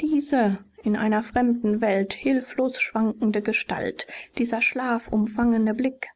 diese in einer fremden welt hilflos schwankende gestalt dieser schlafumfangene blick